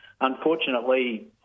unfortunately